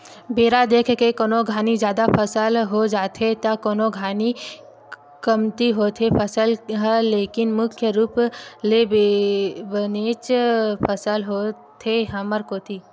बेरा देख के कोनो घानी जादा फसल हो जाथे त कोनो घानी कमती होथे फसल ह लेकिन मुख्य रुप ले बनेच फसल होथे हमर कोती